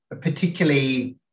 particularly